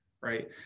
right